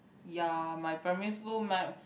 ya my primary school my